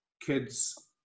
kids